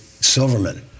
Silverman